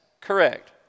correct